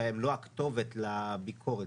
שהם לא הכתובת לביקורת,